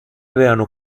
avevano